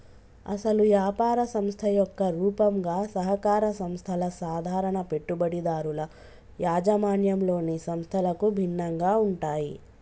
అసలు యాపార సంస్థ యొక్క రూపంగా సహకార సంస్థల సాధారణ పెట్టుబడిదారుల యాజమాన్యంలోని సంస్థలకు భిన్నంగా ఉంటాయి